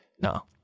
no